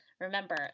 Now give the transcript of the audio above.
Remember